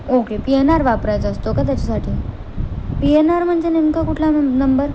okay P N R वापरायचा असतो का त्याच्यासाठी पी एन आर म्हणजे नेमका कुठला नं नंबर